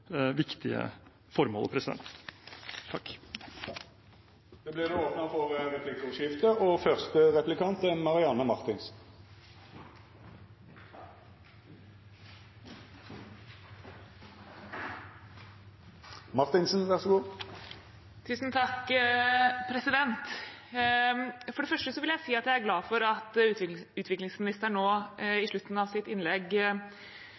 viktige formålet. Det vert replikkordskifte. For det første vil jeg si at jeg er glad for at utviklingsministeren nå i slutten av sitt innlegg